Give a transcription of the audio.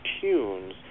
tunes